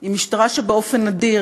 היא משטרה שבאופן נדיר,